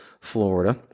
Florida